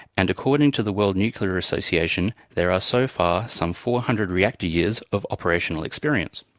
and according to the world nuclear association there are so far some four hundred reactor years of operational experience.